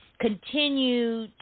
continue